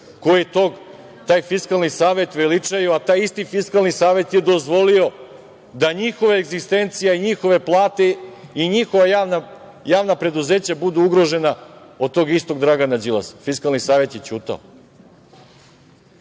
koji taj Fiskalni savet veličaju, a taj isti Fiskalni savet je dozvolio da njihove egzistencija i njihove plate i njihova javna preduzeća budu ugrožena od tog istog Dragana Đilasa. Fiskalni savet je ćutao. Druga